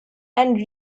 and